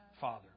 Father